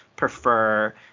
prefer